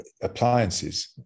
appliances